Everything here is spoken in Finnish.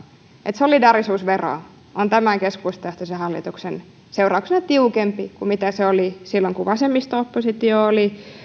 että solidaarisuusvero on tämän keskustajohtoisen hallituksen seurauksena tiukempi kuin mitä se oli silloin kun vasemmisto oppositio oli